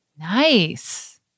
Nice